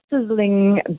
sizzling